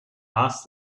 asked